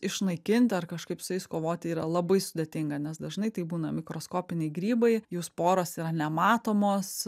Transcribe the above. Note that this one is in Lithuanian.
išnaikinti ar kažkaip su jais kovoti yra labai sudėtinga nes dažnai tai būna mikroskopiniai grybai jų sporos yra nematomos